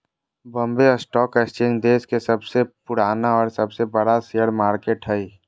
Bombay stock exchange देश के सबसे पुराना और सबसे बड़ा शेयर मार्केट हइ